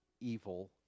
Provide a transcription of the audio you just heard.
evil